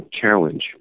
challenge